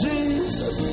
Jesus